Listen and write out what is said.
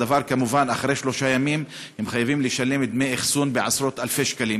אחרי שלושה ימים הם חייבים לשלם דמי אחסון בעשרות-אלפי שקלים,